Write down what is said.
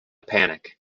panic